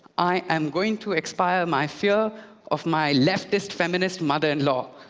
i am going to expire my fear of my leftist, feminist mother-in-law,